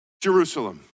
Jerusalem